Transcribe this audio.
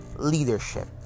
leadership